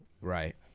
Right